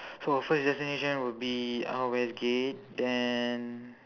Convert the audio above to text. so our first destination will be uh westgate then